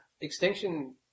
Extinction